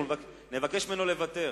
אנחנו נבקש ממנו לוותר.